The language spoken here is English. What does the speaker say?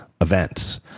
events